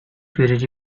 verici